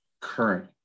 current